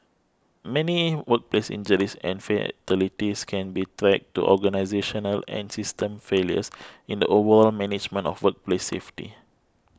many workplace injuries and fatalities can be traced to organisational and system failures in the overall management of workplace safety